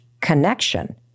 connection